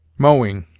mowing